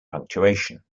punctuation